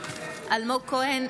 אלמוג כהן,